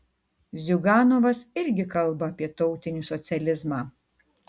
ziuganovas irgi kalba apie tautinį socializmą